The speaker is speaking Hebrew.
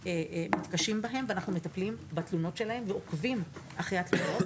אנחנו מטפלים בתלונות שלהם ועוקבים אחרי התלונות,